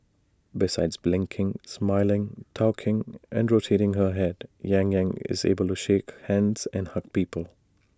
besides blinking smiling talking and rotating her Head yang Yang is able shake hands and hug people